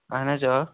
اَہَن حظ آ